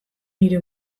nire